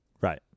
Right